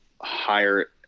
higher